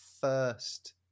first